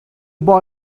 boy